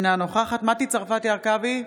אינה נוכחת מטי צרפתי הרכבי,